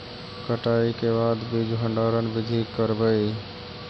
कटाई के बाद बीज भंडारन बीधी करबय?